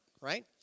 right